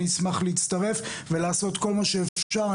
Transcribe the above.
אני אשמח להצטרף ולעשות כל מה שאפשר.